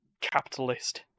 capitalist